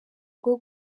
rwo